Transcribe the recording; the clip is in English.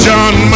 John